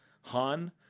Han